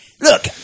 Look